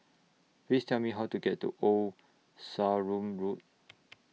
Please Tell Me How to get to Old Sarum Road